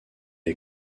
est